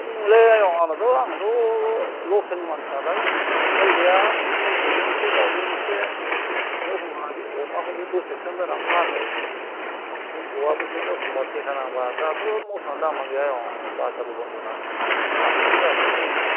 दङलै आयं आंनावथ' आंथ' लकेल मानसि नालाय उफाय गैया बिदिनो मोसौजों एसे दाउजों एसे बिदिनो एखनबा अमाफोरखौ बोसोरसे दोननानै फानो मोसौआबो बिदिनो एखनबा थेखानांबा दाथ' मोसौआनो दामानो गैया आयं बाजारबो बन्द' नालाय दामखौ नो होया फायखारिफ्रा